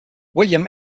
william